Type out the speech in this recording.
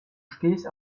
stehst